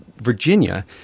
Virginia